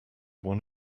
one